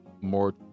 more